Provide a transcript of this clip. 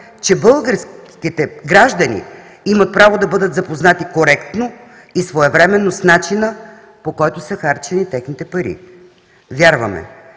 че българските граждани имат право да бъдат запознати коректно и своевременно с начина, по който са харчени техните пари. Вярваме,